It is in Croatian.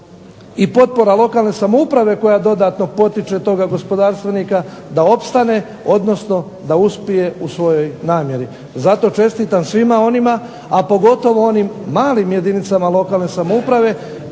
i potpora lokalne samouprave koja dodatno potiče toga gospodarstvenika da opstane, odnosno da uspije u svojoj namjeri. Zato čestitam svima onima, a pogotovo onim malim jedinicama lokalne samouprave